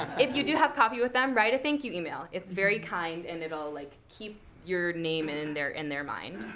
if you do have coffee with them, write a thank you email. it's very kind and it'll like keep your name in and their in their mind,